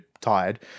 tired